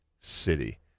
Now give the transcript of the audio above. City